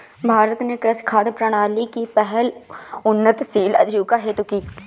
भारत ने कृषि खाद्य प्रणाली की पहल उन्नतशील आजीविका हेतु की